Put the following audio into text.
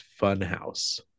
Funhouse